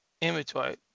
inventory